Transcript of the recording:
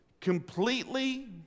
Completely